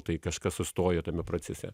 tai kažkas sustojo tame procese